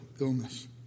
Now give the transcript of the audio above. illness